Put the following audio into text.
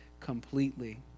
completely